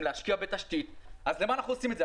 להשקיע בתשתית ולכן למה אנחנו עושים את זה?